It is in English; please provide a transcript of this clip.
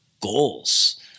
goals